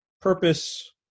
purpose